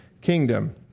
kingdom